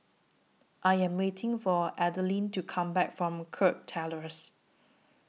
I Am waiting For Adalyn to Come Back from Kirk Terrace